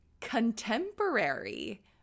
Contemporary